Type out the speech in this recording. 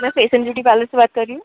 मैं fashion beauty parlour से बात कर रही हूँ